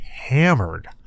hammered